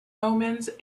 omens